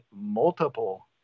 multiple